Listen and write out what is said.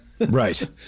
Right